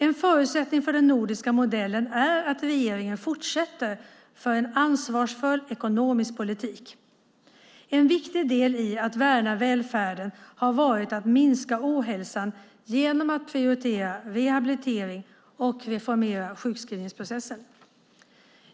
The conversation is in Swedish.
En förutsättning för den nordiska modellen är att regeringen fortsätter att föra en ansvarsfull ekonomisk politik. En viktig del i att värna välfärden har varit att minska ohälsan genom att prioritera rehabilitering och reformera sjukskrivningsprocessen.